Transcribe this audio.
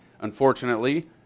Unfortunately